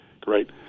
Great